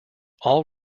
all